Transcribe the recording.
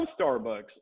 Starbucks